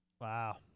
Wow